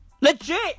Legit